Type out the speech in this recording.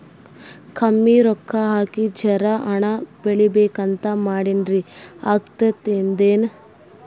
ಕಮ್ಮಿ ರೊಕ್ಕ ಹಾಕಿ ಜರಾ ಹಣ್ ಬೆಳಿಬೇಕಂತ ಮಾಡಿನ್ರಿ, ಆಗ್ತದೇನ?